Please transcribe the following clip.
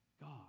God